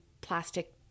plastic